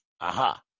Aha